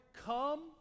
come